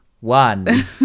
one